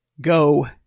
Go